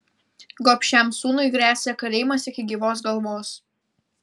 gobšiam sūnui gresia kalėjimas iki gyvos galvos